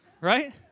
right